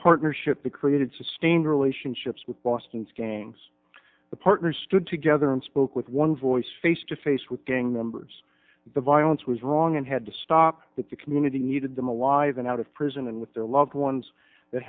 partnership the created sustained relationships with boston's gangs the partners stood together and spoke with one voice face to face with gang members the violence was wrong and had to stop that the community needed them alive and out of prison and with their loved ones